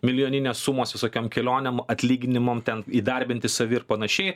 milijoninės sumos visokiom kelionėm atlyginimam ten įdarbinti savi ir panašiai